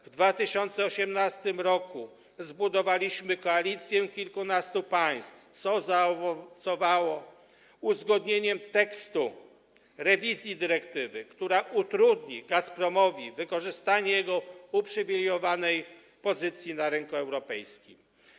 W 2018 r. zbudowaliśmy koalicję kilkunastu państw, co zaowocowało uzgodnieniem tekstu rewizji dyrektywy, która utrudni Gazpromowi wykorzystanie jego uprzywilejowanej pozycji na rynku europejskim.